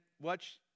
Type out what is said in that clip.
watch